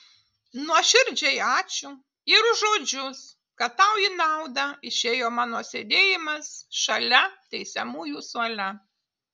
nuoširdžiai ačiū ir už žodžius kad tau į naudą išėjo mano sėdėjimas šalia teisiamųjų suole